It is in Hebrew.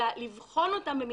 אלא לבחון אותם,